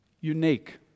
unique